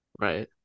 Right